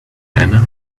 joanna